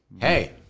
Hey